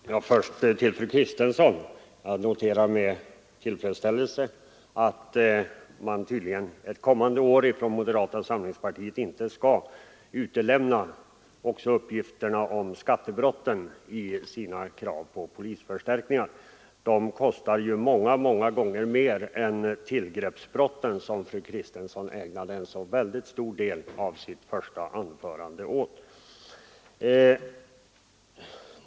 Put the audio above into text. Herr talman! Först ett par ord till fru Kristensson. Jag noterar med tillfredsställelse att moderata samlingspartiet ett kommande år tydligen inte skall utelämna uppgifterna om skattebrotten i samband med kraven på polisförstärkningar. Dessa brott kostar ju många gånger mer än tillgreppsbrotten, som fru Kristensson ägnade en så stor del av sitt första anförande åt.